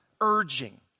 urging